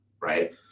right